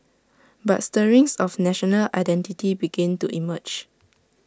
but stirrings of national identity began to emerge